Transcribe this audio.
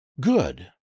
good